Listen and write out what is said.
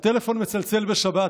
הטלפון מצלצל בשבת,